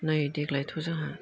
नै देग्लायथ' जोंहा